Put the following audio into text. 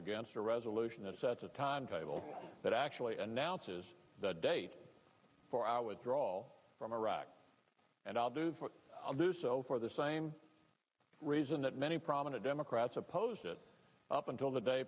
against a resolution that sets a timetable that actually announces the date for our withdrawal from iraq and i'll do what i do so for the same reason that many prominent democrats opposed it up until the day